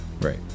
Right